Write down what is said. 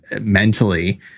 mentally